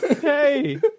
Hey